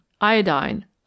Iodine